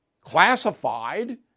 classified